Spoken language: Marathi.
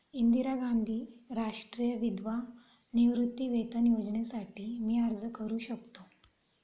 इंदिरा गांधी राष्ट्रीय विधवा निवृत्तीवेतन योजनेसाठी मी अर्ज करू शकतो?